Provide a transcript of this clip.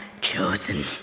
chosen